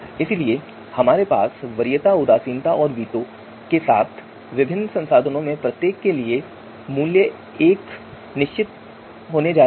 इसलिए हमारे पास वरीयता उदासीनता और वीटो के साथ विभिन्न संसाधनों में से प्रत्येक के लिए मूल्य एक निश्चित मूल्य होने जा रहा है